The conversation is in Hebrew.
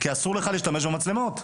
כי אסור לך להשתמש במצלמות.